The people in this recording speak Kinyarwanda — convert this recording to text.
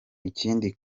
ikindi